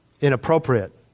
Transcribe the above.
inappropriate